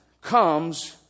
comes